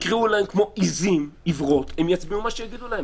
יקראו להם כמו עיזים עיוורות והם יצביעו מה שיגידו להם.